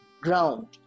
ground